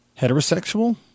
Heterosexual